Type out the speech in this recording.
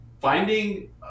finding